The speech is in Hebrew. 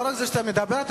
לא רק שאתה מדבר,